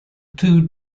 two